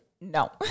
no